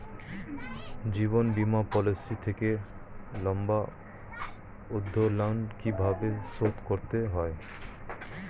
জীবন বীমা পলিসি থেকে লম্বা উত্তোলন কিভাবে শোধ করতে হয়?